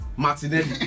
Martinelli